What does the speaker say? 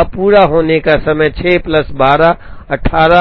अब पूरा होने का समय 6 प्लस 12 18